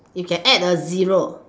you can add a zero